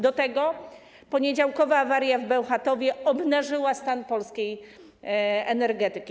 Do tego poniedziałkowa awaria w Bełchatowie obnażyła stan polskiej energetyki.